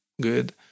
good